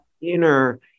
inner